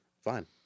Fine